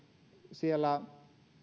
siellä